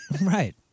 Right